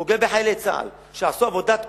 פוגע בחיילי צה"ל שעשו עבודת קודש,